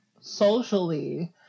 socially